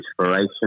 inspiration